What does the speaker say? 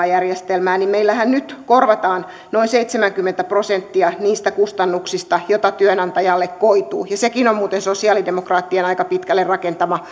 järjestelmää niin meillähän nyt korvataan noin seitsemänkymmentä prosenttia niistä kustannuksista joita työnantajalle koituu ja sekin on muuten sosialidemokraattien aika pitkälle rakentama